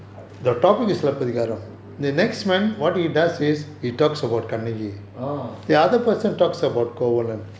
orh